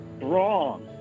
Wrong